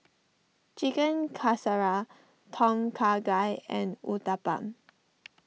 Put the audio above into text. Chicken Casserole Tom Kha Gai and Uthapam